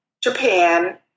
Japan